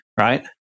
right